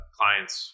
clients